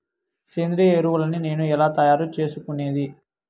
సేంద్రియ ఎరువులని నేను ఎలా తయారు చేసుకునేది?